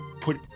put